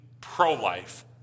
pro-life